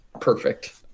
perfect